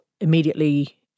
immediately